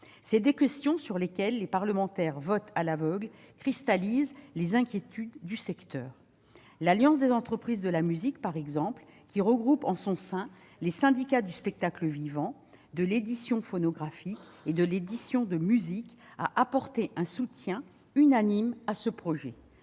Ces deux questions sur lesquelles les parlementaires votent à l'aveugle cristallisent les inquiétudes des acteurs. L'Alliance des entreprises de la musique, par exemple, qui regroupe les syndicats du spectacle vivant, de l'édition phonographique et de l'édition de musique, a apporté un soutien unanime au projet